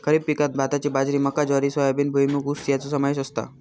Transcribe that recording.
खरीप पिकांत भाताची बाजरी मका ज्वारी सोयाबीन भुईमूग ऊस याचो समावेश असता